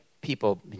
people